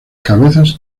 cabezas